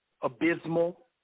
abysmal